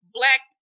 black